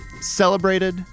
Celebrated